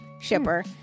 shipper